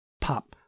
Pop